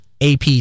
ap